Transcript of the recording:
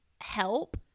help